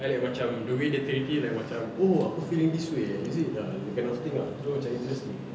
and like macam the way dia take it like macam oh aku feeling this way eh is it ah that kind of thing ah so macam interesting